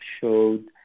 showed